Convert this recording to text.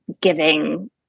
giving